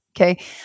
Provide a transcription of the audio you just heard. Okay